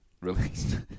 released